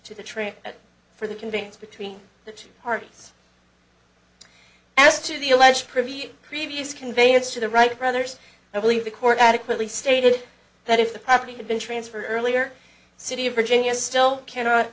to the train for the convenience between the two parties as to the alleged privy previous conveyance to the wright brothers i believe the court adequately stated that if the property had been transferred earlier city of virginia still can